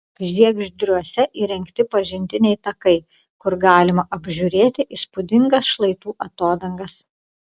žiegždriuose įrengti pažintiniai takai kur galima apžiūrėti įspūdingas šlaitų atodangas